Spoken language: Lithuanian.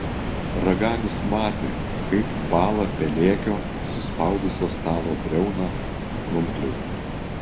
raganius matė kaip bąla pelėkio suspaudusio stalo briauną krumpliai